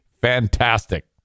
fantastic